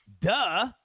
duh